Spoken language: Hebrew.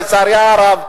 לצערי הרב,